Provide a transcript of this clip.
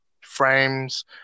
frames